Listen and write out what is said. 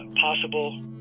possible